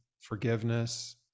forgiveness